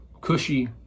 cushy